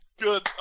Good